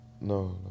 no